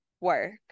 work